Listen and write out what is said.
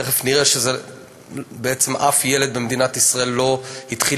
תכף נראה שבעצם אף ילד במדינת ישראל לא התחיל